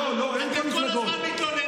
לא הבנתי.